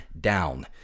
down